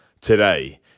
today